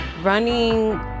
Running